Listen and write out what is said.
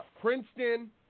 Princeton –